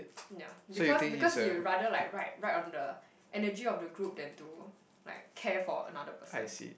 yeah because because you rather like ride ride on the energy of the group than to like care for another person